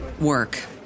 work